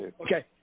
Okay